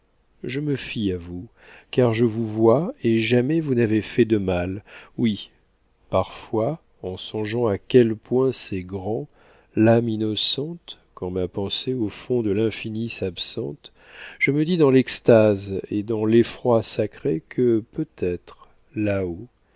je me fie à vous car je vous vois et jamais vous n'avez fait de mal oui parfois en songeant à quel point c'est grand l'âme innocente quand ma pensée au fond de l'infini s'absente je me dis dans l'extase et dans l'effroi sacré que peut-être là-haut